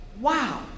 Wow